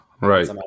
Right